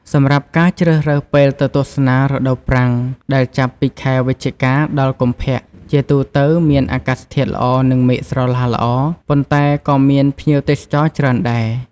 សម្រាប់ការ ជ្រើសរើសពេលទៅទស្សនា រដូវប្រាំង ដែលចាប់ពី ខែវិច្ឆិកា ដល់ កុម្ភៈ ជាទូទៅមានអាកាសធាតុល្អនិងមេឃស្រឡះល្អ ប៉ុន្តែក៏មានភ្ញៀវទេសចរច្រើនដែរ។